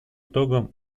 итогом